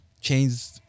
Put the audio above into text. changed